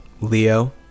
Leo